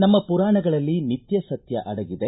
ನಮ್ಮ ಪುರಾಣಗಳಲ್ಲಿ ನಿತ್ಯ ಸತ್ಯ ಅಡಗಿದೆ